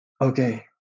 okay